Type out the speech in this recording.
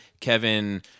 Kevin